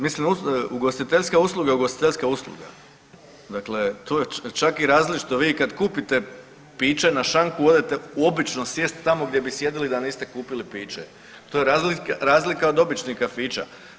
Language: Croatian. Mislim ugostiteljska usluga je ugostiteljska usluga, dakle to je čak i različito, vi kad kupite piće na šanku odete obično sjest tamo gdje bi sjedili da niste kupili piće, to je razlika od običnih kafića.